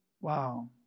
Wow